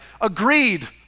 agreed